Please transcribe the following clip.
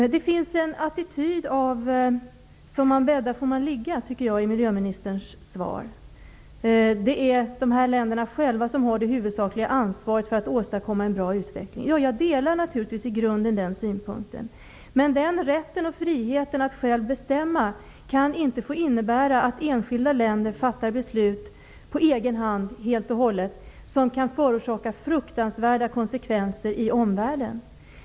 Det finns en attityd av ''som man bäddar får man ligga'' i miljöministerns svar. Naturligtvis delar jag i grunden åsikten att det är länderna själva som har det huvudsakliga ansvaret för att åstadkomma en god utveckling. Men rätten och friheten att själv bestämma får inte innebära att enskilda länder fattar beslut, helt och hållet på egen hand, som får fruktansvärda konsekvenser för omvärlden.